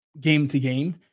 game-to-game